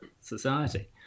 society